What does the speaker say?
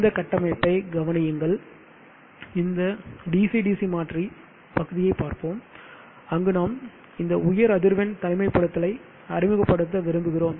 இந்த கட்டமைப்பை கவனியுங்கள் இந்த DC DC மாற்றி பகுதியைப் பார்ப்போம் அங்கு நாம் இந்த உயர் அதிர்வெண் தனிமைப்படுத்தலை அறிமுகப்படுத்த விரும்புகிறோம்